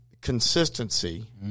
consistency